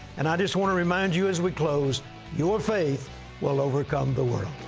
and i just want to remind you as we close your faith will overcome the world.